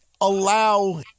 allow